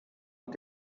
und